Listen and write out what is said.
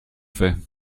fait